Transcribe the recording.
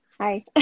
Hi